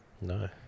No